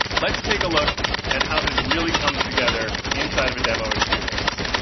let's take look at how this really comes together inside of a demo experience.